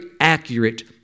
accurate